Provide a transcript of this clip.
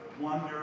wonder